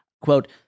quote